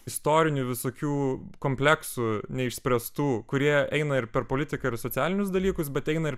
istorinių visokių kompleksų neišspręstų kurie eina ir per politiką ir socialinius dalykus bet eina ir